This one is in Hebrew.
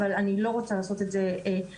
אבל אני לא רוצה לעשות את זה כרגע.